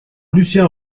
lucien